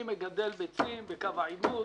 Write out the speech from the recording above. אני מגדל ביצים בקו העימות,